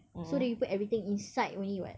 so they will put everything inside only [what]